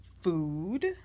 food